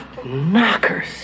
Knockers